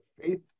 Faith